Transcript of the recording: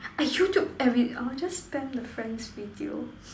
I YouTube everyday I will just spam the friends video